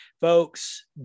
folks